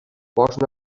bosc